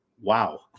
Wow